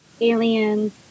Aliens